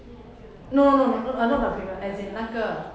no no no no uh not my premium uh as in 那个